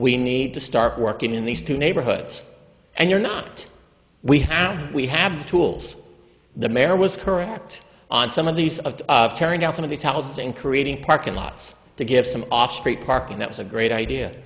we need to start working in these two neighborhoods and you're not we have we have the tools the mayor was correct on some of these tearing down some of these housing creating parking lots to give some off street parking that was a great idea